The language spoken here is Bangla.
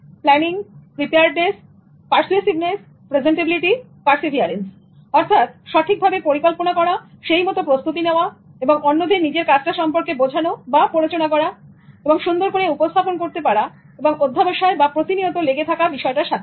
planning preparedness persuasiveness present ability perseverance অর্থাৎ সঠিকভাবে পরিকল্পনা করা সেই মত প্রস্তুতি নেওয়া অন্যদের নিজের কাজটা সম্পর্কে বোঝানো বা প্ররোচনা সুন্দর করে উপস্থাপন করতে পারা এবং অধ্যাবসায় বা প্রতিনিয়ত লেগে থাকা বিষয়টার সাথে